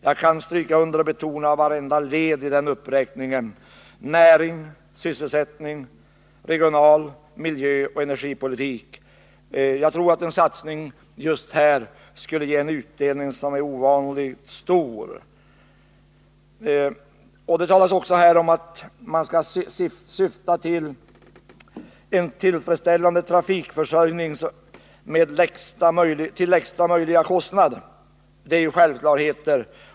Jag kan stryka under och betona vartenda led i den uppräkningen: närings-, sysselsättnings-, regionaloch miljöpolitik. Jag tror att en satsning just här skulle ge en utdelning som är ovanligt stor. Det sägs också i betänkandet att man skall syfta till en trafikförsörjning till lägsta möjliga kostnad. Det är ju självklarheter.